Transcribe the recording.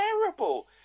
terrible